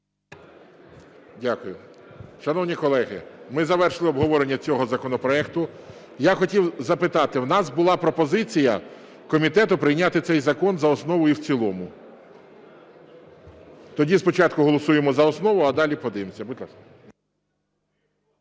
Дякую. Шановні колеги, ми завершили обговорення цього законопроекту. Я хотів запитати, в нас була пропозиція комітету прийняти цей закон за основу і в цілому. Тоді спочатку голосуємо за основу, а далі подивимося. Будь ласка.